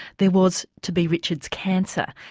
there was to be richard's cancer.